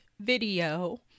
video